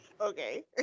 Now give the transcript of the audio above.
Okay